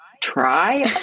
try